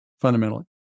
fundamentally